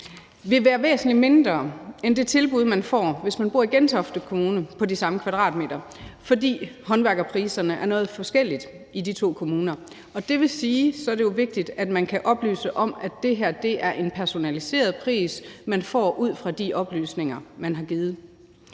vil være væsentlig billigere end det tilbud, man får, hvis man bor i Gentofte Kommune på det samme antal kvadratmeter, fordi håndværkerpriserne er forskellige i de to kommuner. Og det vil sige, at så er det jo vigtigt, at der oplyses om, at det er en personaliseret pris, man får ud fra de oplysninger, man har givet.